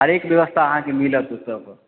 हरेक व्यवस्था आहाँके मिलत ओत्तपर